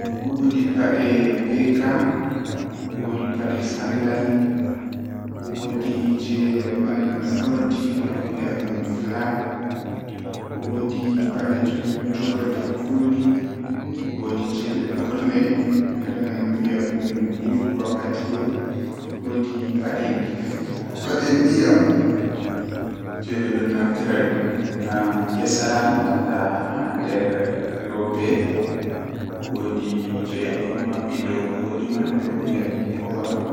Taalel taalel jannata booyel,